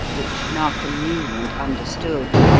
which narkom knew and understood.